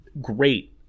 Great